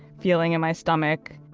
feeling in my stomach,